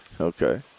Okay